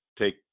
take